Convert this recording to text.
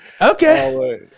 okay